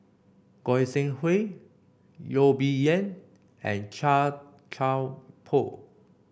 Goi Seng Hui Yo Bee Yen and Chia Thye Poh